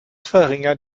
verringert